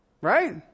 Right